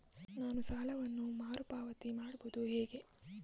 ನಾನು ಸಾಲವನ್ನು ಮರುಪಾವತಿ ಮಾಡುವುದು ಹೇಗೆ?